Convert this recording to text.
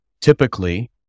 typically